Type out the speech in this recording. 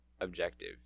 objective